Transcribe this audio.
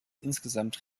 insgesamt